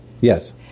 yes